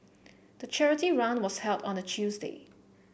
the charity run was held on a Tuesday